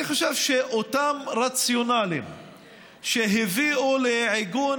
אני חושב שאותם רציונלים שהביאו לעיגון